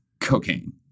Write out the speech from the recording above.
cocaine